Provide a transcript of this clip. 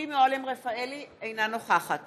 אינה נוכחת